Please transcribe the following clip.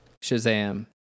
Shazam